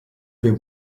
wir